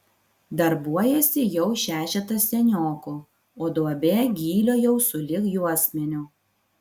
darbuojasi jau šešetas seniokų o duobė gylio jau sulig juosmeniu